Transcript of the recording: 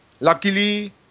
Luckily